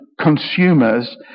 consumers